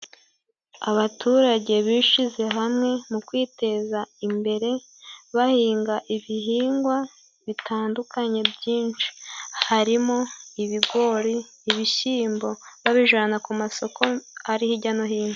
Abaturage bishize hamwe mu kwiteza imbere bahinga ibihingwa bitandukanye byinshi harimo:ibigori, ibishimbo babijana ku masoko ari hirya no hino.